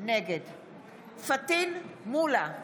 נגד פטין מולא,